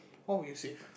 what would you save